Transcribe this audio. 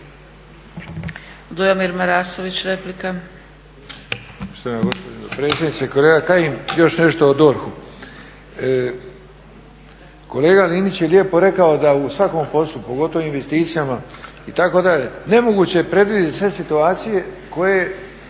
Dujomir Marasović, replika.